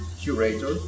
curator